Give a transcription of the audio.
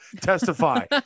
testify